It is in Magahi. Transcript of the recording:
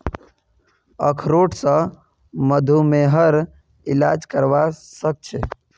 अखरोट स मधुमेहर इलाज करवा सख छी